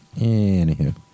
Anywho